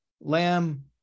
Lamb